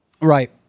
Right